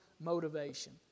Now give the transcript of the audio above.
motivation